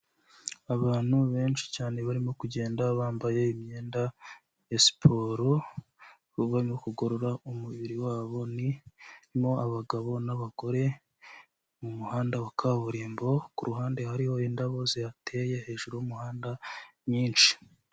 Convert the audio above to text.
Abantu benshi cyane barimo kugenda bambaye imyenda ya siporo, ibikorwa byo kugorora umubiri wabo, harimo abagabo n'abagore mu muhanda wa kaburimbo, ku ruhande hariho indabo zihateye hejuru y'umuhanda nyinshi.